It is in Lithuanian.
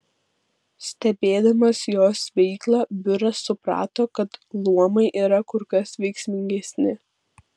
stebėdamas jos veiklą biuras suprato kad luomai yra kur kas veiksmingesni